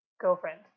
girlfriend